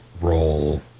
roll